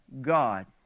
God